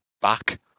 back